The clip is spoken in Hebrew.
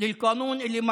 החוק הזה פשוט,